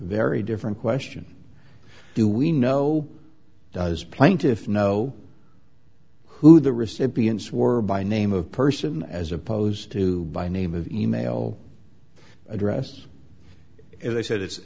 very different question do we know does plaintiffs know who the recipients were by name of person as opposed to by name of e mail address if i said